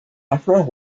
affleure